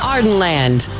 Ardenland